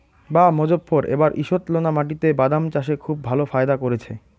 বাঃ মোজফ্ফর এবার ঈষৎলোনা মাটিতে বাদাম চাষে খুব ভালো ফায়দা করেছে